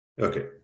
Okay